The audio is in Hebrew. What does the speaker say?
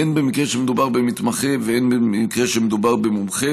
הן במקרה שמדובר במתמחה והן במקרה שמדובר במומחה